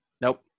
Nope